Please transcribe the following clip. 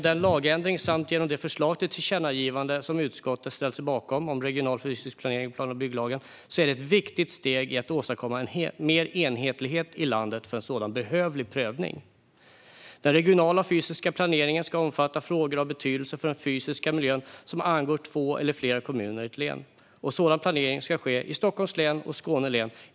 Den lagändring samt det förslag till tillkännagivande som utskottet ställt sig bakom om regional fysisk planering i plan och bygglagen är ett viktigt steg i att åstadkomma mer enhetlighet i landet för en sådan behövlig prövning. Den regionala fysiska planeringen ska omfatta frågor av betydelse för den fysiska miljön som angår två eller flera kommuner i ett län. Sådan planering ska enligt förslaget ske i Stockholms län och Skåne län.